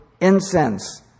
incense